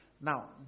Now